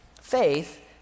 faith